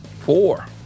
Four